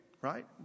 right